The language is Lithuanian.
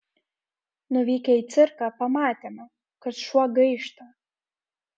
nuvykę į cirką pamatėme kad šuo gaišta